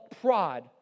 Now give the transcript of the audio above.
pride